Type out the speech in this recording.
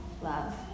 love